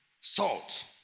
Salt